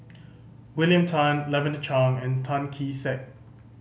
William Tan Lavender Chang and Tan Kee Sek